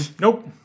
Nope